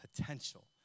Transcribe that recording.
potential